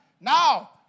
Now